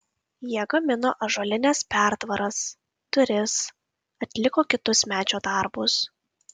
jie gamino ąžuolines pertvaras duris atliko kitus medžio darbus